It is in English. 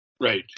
Right